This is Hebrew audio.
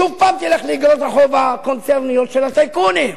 שוב הפעם תלך לאיגרות החוב הקונצרניות של הטייקונים,